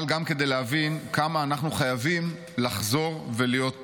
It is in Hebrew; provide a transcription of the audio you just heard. אבל גם כדי להבין כמה אנחנו חייבים לחזור ולהיות פה.